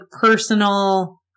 personal